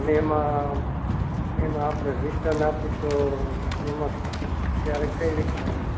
અને એમાં અને એમાં આપણે રીટન આપીએ તો એમાં ત્યારે કઈ રીતના